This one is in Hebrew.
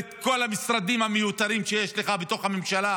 את כל המשרדים המיותרים שיש לך בתוך המלחמה,